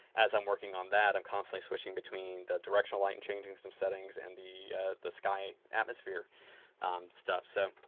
as i'm working on that, i'm constantly switching between the directional light and changing some settings and the the sky atmosphere stuff. so,